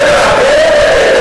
רגע.